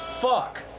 Fuck